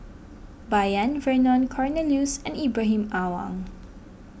Bai Yan Vernon Cornelius and Ibrahim Awang